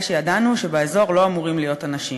שידענו שבאזור לא היו אמורים להיות אנשים,